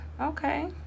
okay